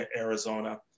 Arizona